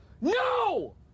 no